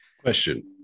Question